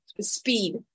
speed